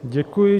Děkuji.